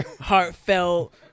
heartfelt